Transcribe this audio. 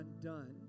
undone